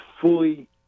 fully